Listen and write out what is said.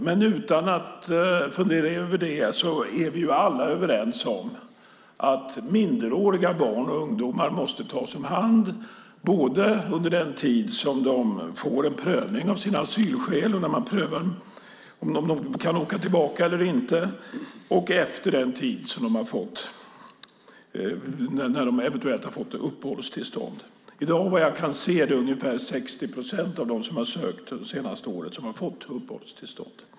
Men utan att fundera över det är vi ju alla överens om att minderåriga barn och ungdomar måste tas om hand, både under den tid som de får en prövning av sina asylskäl, när man prövar om de kan åka tillbaka eller inte, och när de eventuellt har fått uppehållstillstånd. I dag är det, vad jag kan se, ungefär 60 procent av dem som har sökt det senaste året som har fått uppehållstillstånd.